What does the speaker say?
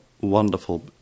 wonderful